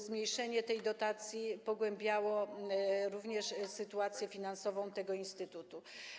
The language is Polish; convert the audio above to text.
Zmniejszenie dotacji pogarszało również sytuację finansową tego instytutu.